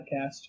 podcast